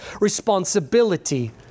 responsibility